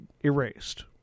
erased